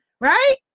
right